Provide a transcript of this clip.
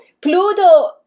Pluto